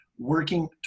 working